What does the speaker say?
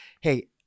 hey